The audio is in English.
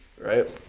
right